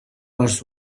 was